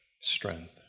strength